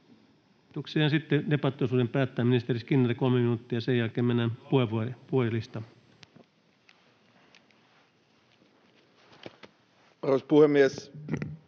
— Sitten debattiosuuden päättää ministeri Skinnari, 3 minuuttia. Sen jälkeen mennään puhujalistaan. Arvoisa puhemies!